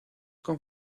con